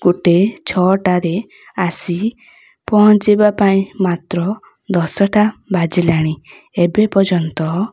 ଗୋଟେ ଛଅଟାରେ ଆସି ପହଞ୍ଚେଇବା ପାଇଁ ମାତ୍ର ଦଶଟା ବାଜିଲାଣି ଏବେ ପର୍ଯ୍ୟନ୍ତ